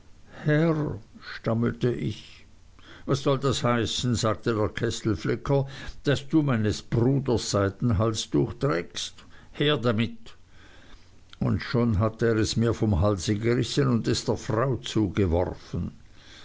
stammelte ich was soll das heißen sagte der kesselflicker daß du meines bruders seidenhalstuch trägst her damit und schon hatte er es mir vom halse gerissen und es der frau zugeworfen